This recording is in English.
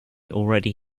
already